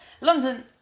London